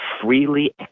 freely